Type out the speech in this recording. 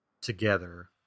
together